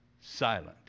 silent